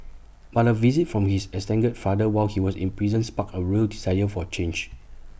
but A visit from his estranged father while he was in prison sparked A real desire for change